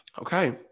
Okay